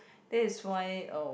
that is why uh